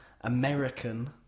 American